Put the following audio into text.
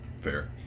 Fair